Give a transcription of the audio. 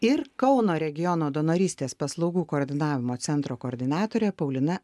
ir kauno regiono donorystės paslaugų koordinavimo centro koordinatore paulina